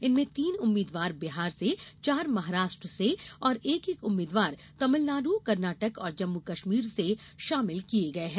इसमें तीन उम्मीदवार बिहार से चार महाराष्ट्र से और एक एक उम्मीदवार तमिलनाड कर्नाटक और जम्मु कश्मीर से शामिल किया गया है